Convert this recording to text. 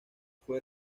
fue